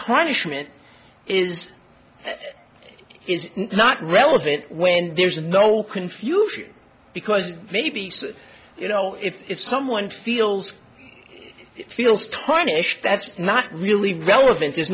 it is is not relevant when there's no confusion because maybe you know if someone feels it feels tarnished that's not really relevant there's